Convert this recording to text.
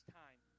time